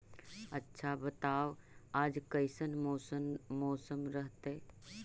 आच्छा बताब आज कैसन मौसम रहतैय?